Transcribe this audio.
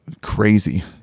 crazy